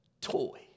toy